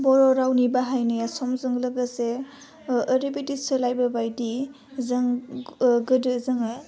बर' रावनि बाहायनाया समजों लोगोसे ओह ओरैबायदि सोलायबोबायदि जों ओह गोदो जोङो